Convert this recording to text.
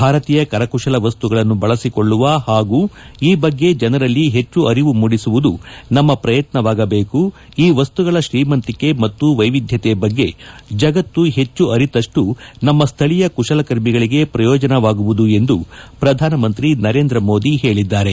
ಭಾರತೀಯ ಕರಕುಶಲವಸ್ತುಗಳನ್ನು ಬಳಸಿಕೊಳ್ಳುವ ಹಾಗೂ ಈ ಬಗ್ಗೆ ಜನರಲ್ಲಿ ಹೆಚ್ಚು ಹೆಚ್ಚು ಅರಿವು ಮೂಡಿಸುವುದು ನಮ್ಮ ಪ್ರಯತ್ನವಾಗಬೇಕು ಈ ವಸ್ತುಗಳ ಶ್ರೀಮಂತಿಕೆ ಮತ್ತು ವೈವಿಧ್ಯತೆ ಬಗ್ಗೆ ಜಗತ್ತು ಹೆಚ್ಚು ಅರಿತಷ್ಟೂ ನಮ್ಮ ಸ್ಥಳೀಯ ಕುಶಲಕರ್ಮಿಗಳಿಗೆ ಪ್ರಯೋಜನವಾಗುವುದು ಎಂದು ಪ್ರಧಾನಮಂತಿ ನರೇಂದ ಮೋದಿ ಹೇಳಿದ್ದಾರೆ